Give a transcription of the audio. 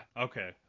Okay